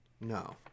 No